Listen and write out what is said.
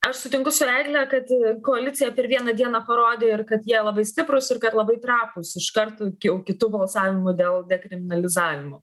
aš sutinku su egle kad koalicija per vieną dieną parodė ir kad jie labai stiprūs ir kad labai trapūs iškart kitu balsavimu dėl dekriminalizavimo